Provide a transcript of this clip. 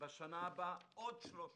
בשנה הבאה ייבנו עוד 300 כיתות.